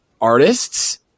artists